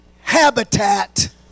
habitat